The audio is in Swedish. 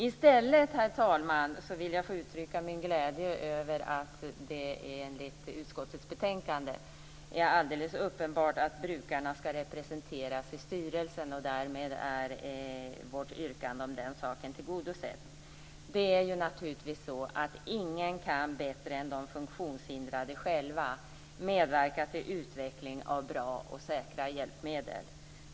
I stället vill jag uttrycka min glädje över att det enligt utskottets betänkande är alldeles uppenbart att brukarna skall representeras i styrelsen. Därmed är vårt yrkande om den saken tillgodosett. Ingen kan bättre än de funktionshindrade själva medverka till utvecklingen av bra och säkra hjälpmedel.